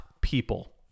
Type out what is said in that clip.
people